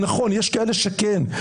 יש כאלה שכן,